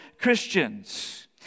Christians